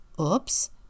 Oops